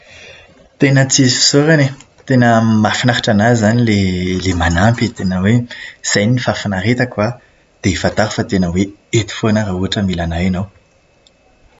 Tena tsisy fisaorana e. Tena mahafinaritra ahy izany ilay, ilay manampy e. Tena hoe izay no fahafinaretako an, dia fantaro fa tena hoe eto foana aho raha ohatra mila anahy ianao